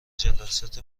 جلسات